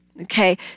okay